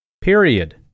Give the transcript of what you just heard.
Period